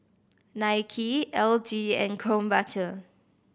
Nike L G and Krombacher